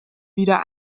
wieder